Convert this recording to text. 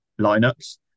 lineups